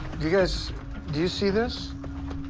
you guys do you see this?